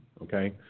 okay